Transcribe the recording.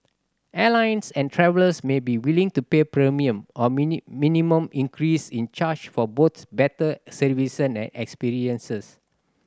airlines and travellers may be willing to pay premium or minimum increase in charge for both better services and experiences